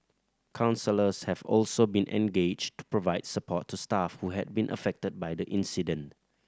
counsellors have also been engaged to provide support to staff who have been affected by the incident